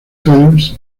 films